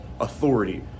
authority